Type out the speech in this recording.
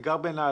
אני גר בנהלל,